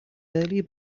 early